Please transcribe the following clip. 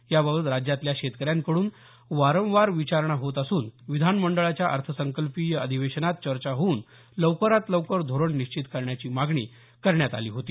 याबाबत राज्यातल्या शेतकऱ्यांकडून वारंवार विचारणा होत असून विधानमंडळाच्या अर्थसंकल्पीय अधिवेशनात चर्चा होऊन लवकरात लवकर धोरण निश्चित करण्याची मागणी करण्यात आली होती